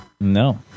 No